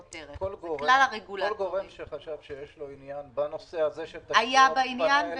כל גורם שחשב שיש לו עניין בנושא הזה של תשתיות -- היה בעניין?